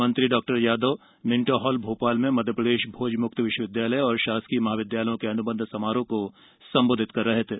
मंत्री डॉ Yadav Minto hall भो ाल में मध्यप्रदेश भोज मुक्त विश्वविदयालय एवं शासकीय महाविद्यालयों के अन्बंध समारोह को संबोधित कर रहे थे